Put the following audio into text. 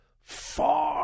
far